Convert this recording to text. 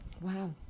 Wow